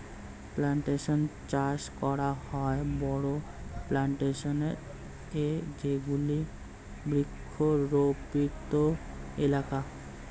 plantation চাষ করা হয় বড়ো প্লানটেশন এ যেগুলি বৃক্ষরোপিত এলাকা